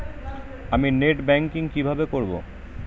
আমি net banking কিভাবে করব?